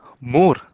more